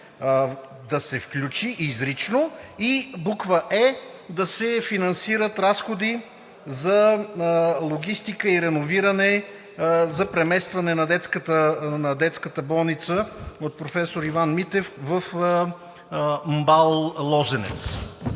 да се включи изрично, и буква „е“ – да се финансират разходи за логистика и реновиране за преместване на Детската болница „Професор д-р Иван Митев“ в МБАЛ „Лозенец“.